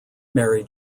mary